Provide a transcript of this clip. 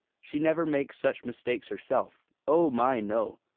she never makes such mistakes herself. oh, my, no!